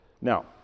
Now